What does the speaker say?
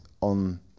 on